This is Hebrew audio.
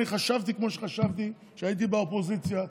אני חשבתי כמו שחשבתי כשהייתי באופוזיציה,